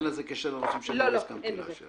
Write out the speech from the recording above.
אין לזה קשר לנושאים שאני לא הסכמתי לאשר.